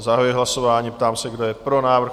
Zahajuji hlasování a ptám se, kdo je pro návrh?